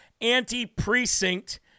anti-precinct